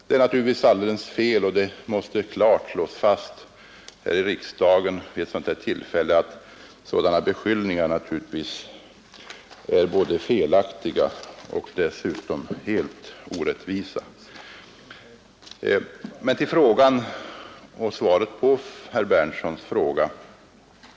Det är naturligtvis alldeles fel och det måste klart slås fast i riksdagen vid ett sådant här tillfälle att sådana beskyllningar är både felaktiga och dessutom helt orättvisa. Men till frågan och svaret på herr Berndtsons fråga.